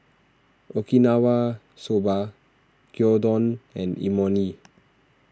Okinawa Soba Gyudon and Imoni